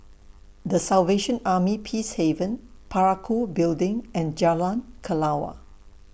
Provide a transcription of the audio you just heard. The Salvation Army Peacehaven Parakou Building and Jalan Kelawar